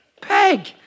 Peg